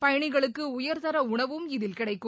பயணிகளுக்கு உயர்தர உணவும் இதில் கிடைக்கும்